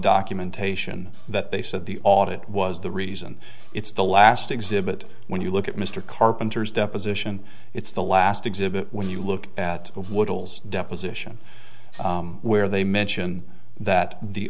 documentation that they said the audit was the reason it's the last exhibit when you look at mr carpenter's deposition it's the last exhibit when you look at the wood a deposition where they mention that the